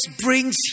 brings